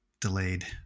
delayed